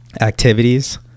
activities